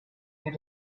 you